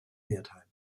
wertheim